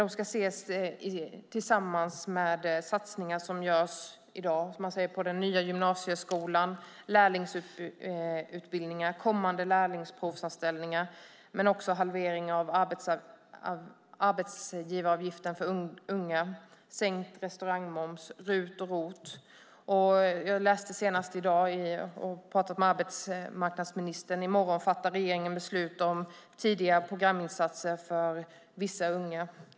De ska ses tillsammans med satsningar som görs i dag på den nya gymnasieskolan, lärlingsutbildningar, kommande lärlingsprovanställningar och halvering av arbetsgivaravgiften för unga, sänkt restaurangmoms, RUT och ROT. Jag läste senast i dag, och har pratat med arbetsmarknadsministern, att regeringen i morgon fattar beslut om tidiga programinsatser för vissa unga.